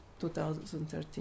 2013